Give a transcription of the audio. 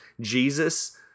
Jesus